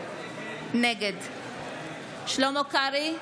נגד שלמה קרעי,